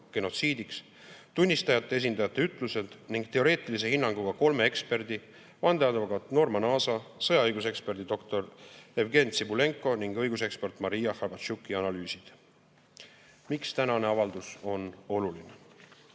tunnistajate esindajate ütlused ning teoreetilise hinnanguga kolme eksperdi, vandeadvokaat Norman Aasa, sõjaõiguse eksperdi doktor Evgeny Tsibulenko ning õigusekspert Maria Hrabarchuki analüüsid. Miks tänane avaldus on oluline?